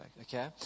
okay